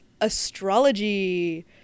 astrology